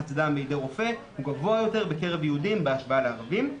לחץ דם בידי רופא גבוה יותר בקרב יהודים בהשוואה לערבים.